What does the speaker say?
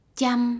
chăm